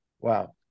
Wow